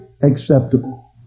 acceptable